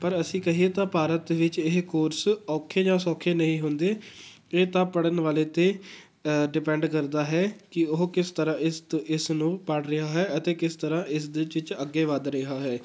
ਪਰ ਅਸੀਂ ਕਹੀਏ ਤਾਂ ਭਾਰਤ ਵਿੱਚ ਇਹ ਕੋਰਸ ਔਖੇ ਜਾਂ ਸੌਖੇ ਨਹੀਂ ਹੁੰਦੇ ਇਹ ਤਾਂ ਪੜ੍ਹਨ ਵਾਲੇ 'ਤੇ ਡਿਪੈਂਡ ਕਰਦਾ ਹੈ ਕਿ ਉਹ ਕਿਸ ਤਰ੍ਹਾਂ ਇਸ ਤ ਇਸ ਨੂੰ ਪੜ੍ਹ ਰਿਹਾ ਹੈ ਅਤੇ ਕਿਸ ਤਰ੍ਹਾਂ ਇਸ ਦੇ ਚ ਚ ਅੱਗੇ ਵੱਧ ਰਿਹਾ ਹੈ